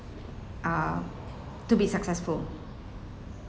uh to be successful